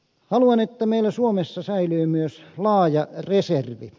haluan että meillä suomessa säilyy myös laaja reservi